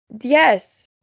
Yes